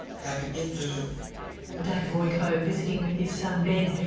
happy easter. dave royko visiting with his son ben,